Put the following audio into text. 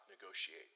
negotiate